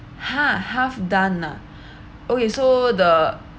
!huh! half-done ah okay so the